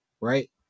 right